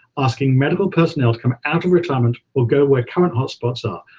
asking medical personnel to come out of retirement or go where current hot spots are.